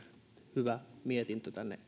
hyvä mietintö tänne